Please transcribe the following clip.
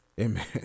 Amen